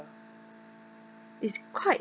is quite